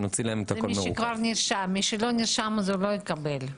מי שלא נרשם לא יקבל.